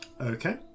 okay